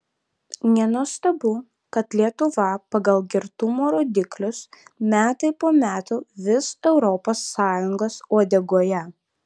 nenuostabu kad lietuva pagal girtumo rodiklius metai po metų vis europos sąjungos uodegoje